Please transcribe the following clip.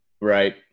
Right